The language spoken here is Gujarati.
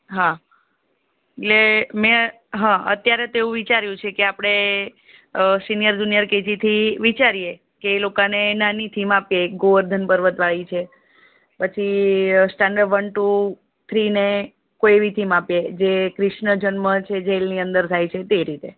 હા એટલે મેં હા અત્યારે તો એવું વિચાર્યું છે કે આપણે સિનિયર જુનિયર કેજી થી વિચારીએ કે એ લોકાને નાની થીમ આપીએ એક ગોવર્ધન પર્વતવાળી છે પછી સ્ટાન્ડર્ડ વન ટુ થ્રી ને કોઈ એવી થીમ આપીએ કે જે ક્રિષ્ણ જન્મ છે જેલની અંદર થાય છે તે રીતે